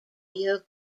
your